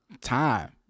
time